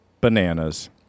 Bananas